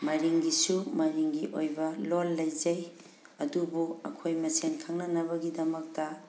ꯃꯔꯤꯡꯒꯤꯁꯨ ꯃꯔꯤꯡꯒꯤ ꯑꯣꯏꯕ ꯂꯣꯟ ꯂꯩꯖꯩ ꯑꯗꯨꯕꯨ ꯑꯩꯈꯣꯏ ꯃꯁꯦꯜ ꯈꯪꯅꯅꯕꯒꯤꯗꯃꯛꯇ